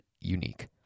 unique